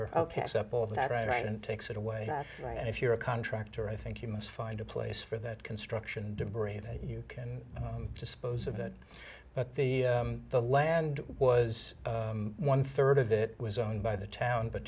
that right and takes it away right and if you're a contractor i think you must find a place for that construction debris that you can dispose of it but the the land was one third of it was owned by the town but